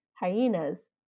hyenas